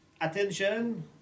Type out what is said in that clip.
attention